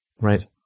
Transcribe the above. Right